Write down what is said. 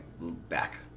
back